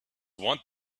want